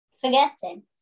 forgetting